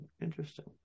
Interesting